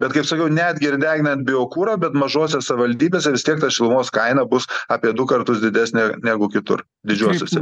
bet kaip sakiau netgi ir deginant biokurą bet mažose savivaldybėse vis tiek ta šilumos kaina bus apie du kartus didesnė negu kitur didžiuosiuose